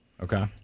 Okay